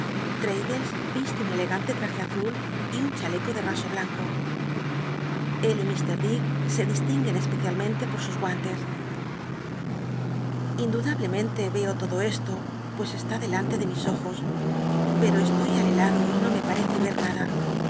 viste un elegante traje azul y un chaleco de raso blanco el m dick se distinguen especialmente jlo i sus guantes lnduc lablementc veo todo esto pues está delante de mis ojos pero estoy alelado y no me parece ver nada